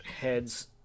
heads